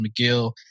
McGill